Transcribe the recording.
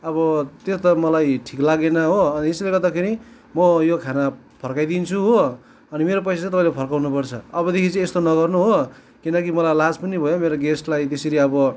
अब त्यो त मलाई ठिक लागेन हो यसैले गर्दाखेरि मो यो खाना फर्काइदिन्छु हो अनि मेरो पैसा चाहिँ फर्काउनुपर्छ अबदेखि चाहिँ यस्तो नगर्नु हो किनकि मलाई लाज पनि भयो मेरो गेस्टलाई त्यसरी अब